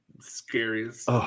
scariest